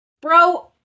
bro